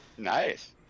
Nice